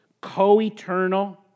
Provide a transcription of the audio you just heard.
co-eternal